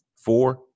Four